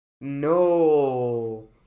No